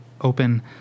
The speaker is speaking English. open